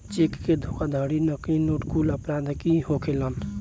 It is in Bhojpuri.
चेक के धोखाधड़ी, नकली नोट कुल अपराध ही होखेलेन